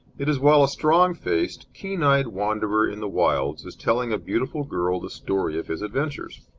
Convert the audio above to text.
it is while a strong-faced, keen-eyed wanderer in the wilds is telling a beautiful girl the story of his adventures.